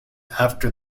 after